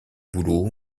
boulots